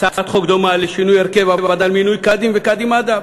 הצעת חוק דומה לשינוי הרכב הוועדה למינוי קאדים וקאדים מד'הב.